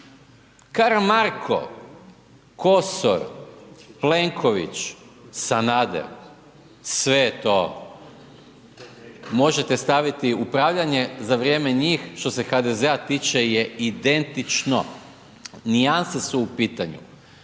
Karamarko, Kosor, Plenković, Sanader, sve je to, možete staviti upravljanje za vrijeme njih, što se HDZ-a tiče je identično. Nijanse su u pitanju.